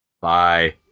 Bye